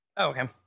Okay